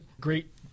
great